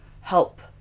help